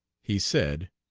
he said